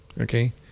Okay